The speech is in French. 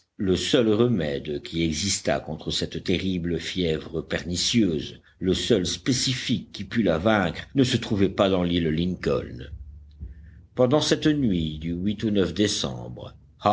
le seul remède qui existât contre cette terrible fièvre pernicieuse le seul spécifique qui pût la vaincre ne se trouvait pas dans l'île lincoln pendant cette nuit du au décembre